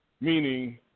meaning